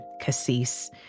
Cassis